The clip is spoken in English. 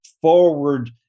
Forward